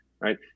right